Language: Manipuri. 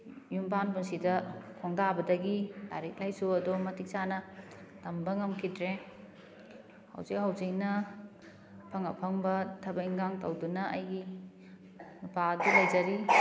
ꯌꯨꯝꯕꯥꯟ ꯄꯨꯟꯁꯤꯗ ꯈꯣꯡꯗꯥꯕꯗꯒꯤ ꯂꯥꯏꯔꯤꯛ ꯂꯥꯏꯁꯨ ꯑꯗꯨꯝ ꯃꯇꯤꯛ ꯆꯥꯅ ꯇꯝꯕ ꯉꯝꯈꯤꯗ꯭ꯔꯦ ꯍꯧꯖꯤꯛ ꯍꯧꯖꯤꯛꯅ ꯑꯐꯪ ꯑꯐꯪꯕ ꯊꯕꯛ ꯏꯟꯈꯥꯡ ꯇꯧꯗꯨꯅ ꯑꯩꯒꯤ ꯅꯨꯄꯥꯗꯨ ꯂꯩꯖꯔꯤ